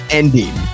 ending